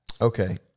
Okay